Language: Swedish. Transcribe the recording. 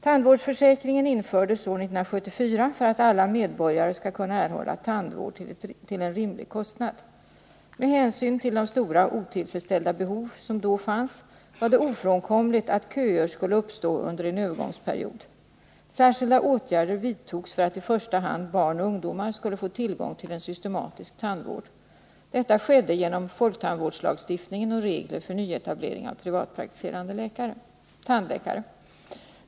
Tandvårdsförsäkringen infördes år 1974 för att alla medborgare skall kunna erhålla tandvård till en rimlig kostnad. Med hänsyn till de stora otillfredsställda behov som då fanns var det ofrånkomligt att köer skulle uppstå under en övergångsperiod. Särskilda åtgärder vidtogs för att i första hand barn och ungdomar skulle få tillgång till en systematisk tandvård. Detta skedde genom folktandvårdslagstiftningen och regler för nyetablering av privatpraktiserande tandläkare.